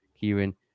Kieran